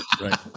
right